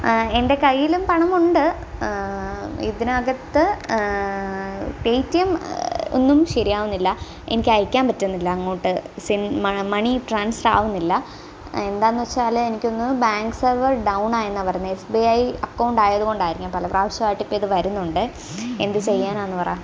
എൻ്റെ കയ്യിലും പണമുണ്ട് ഇതിനകത്ത് പേ ടി എം ഒന്നും ശരിയാകുന്നില്ല എനിക്ക് അയക്കാൻ പറ്റുന്നില്ല അങ്ങോട്ട് സിം മണി ട്രാൻസ്ഫറാകുന്നില്ല എന്താണെന്ന് വെച്ചാൽ എനിക്കൊന്ന് ബാങ്ക് സർവർ ഡൗണായെന്നാണ് പറയുന്നത് എസ് ബി ഐ അക്കൌണ്ട് ആയതുകൊണ്ടായിരിക്കാം പല പ്രാവശ്യമായിട്ട് ഇപ്പോൾ ഇത് വരുന്നുണ്ട് എന്ത് ചെയ്യാനാണെന്ന് പറ